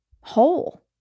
whole